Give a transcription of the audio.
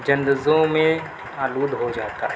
چندزوں میں آلود ہو جاتا ہے